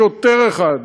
שוטר אחד,